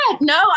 No